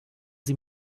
sie